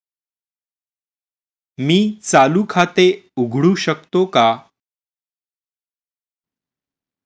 मी चालू खाते उघडू शकतो का?